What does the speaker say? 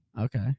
Okay